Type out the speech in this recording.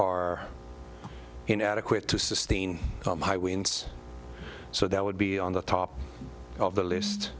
are inadequate to sustain high winds so that would be on the top of the list